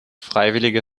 freiwillige